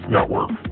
Network